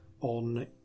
on